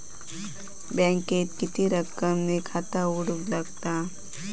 बँकेत किती रक्कम ने खाता उघडूक लागता?